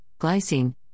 Glycine